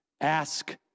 Ask